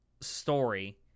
story